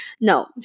No